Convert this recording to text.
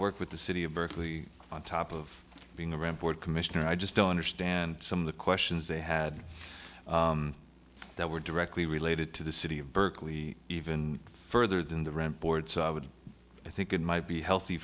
work with the city of berkeley on top of being a report commissioner i just don't understand some of the questions they had that were directly related to the city of berkeley even further than the rent board would i think it might be healthy